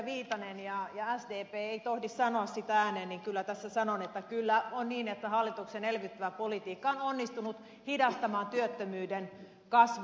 viitanen ja sdp eivät tohdi sanoa sitä ääneen niin kyllä tässä sanon että kyllä on niin että hallituksen elvyttävä politiikka on onnistunut hidastamaan työttömyyden kasvua